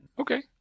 Okay